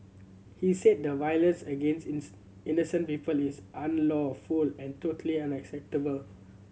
he said the violence against innocent people is unlawful and totally unacceptable